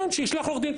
כן, שישלח עו"ד.